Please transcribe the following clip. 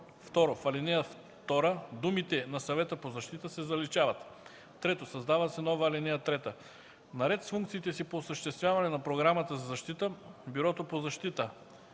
2. В ал. 2 думите „на Съвета по защита” се заличават. 3. Създава се нова ал. 3: „(3) Наред с функциите си по осъществяване на Програмата за защита Бюрото по защита: